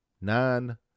nine